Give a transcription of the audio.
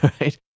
right